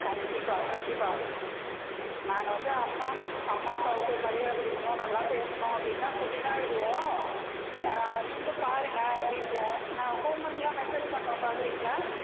கண்டிப்பாக கண்டிப்பாக நாங்கள் வந்து அம்மா அம்மா அப்பாவுக்கு மரியாதை கொடுக்கணும் நல்லா பேசணும் அப்படின்லாம் சொல்லி தான் விடுவோம் நீங்களும் பாருங்கள் வீட்டில நாங்கள் ஹோம் ஒர்க்லாம் மெசேஜ் பண்ணுறோம் பார்க்குறீங்களா